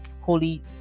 Holy